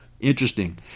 Interesting